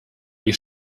die